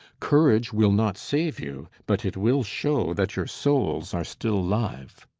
courage will not save you but it will show that your souls are still live.